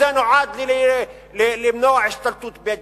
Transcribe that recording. שזה נועד למנוע השתלטות של בדואים.